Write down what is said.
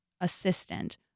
assistant